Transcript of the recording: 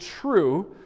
true